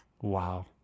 Wow